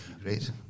Great